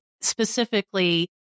specifically